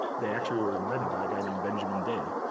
they actually were invented by a guy named benjamin day.